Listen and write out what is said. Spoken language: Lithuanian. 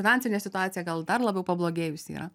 finansinė situacija gal dar labiau pablogėjus yra